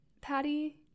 patty